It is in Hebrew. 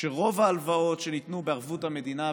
שרוב ההלוואות שניתנו בערבות המדינה,